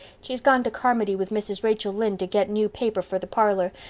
she's gone to carmody with mrs. rachel lynde to get new paper for the parlor.